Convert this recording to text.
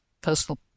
personal